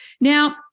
Now